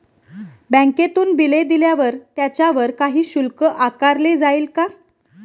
बँकेतून बिले दिल्यावर त्याच्यावर काही शुल्क आकारले जाईल का?